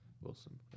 Wilson